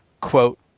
Quote